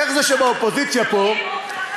איך זה שבאופוזיציה פה,